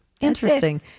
Interesting